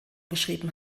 geschrieben